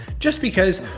just because,